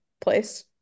place